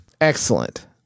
Excellent